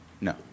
no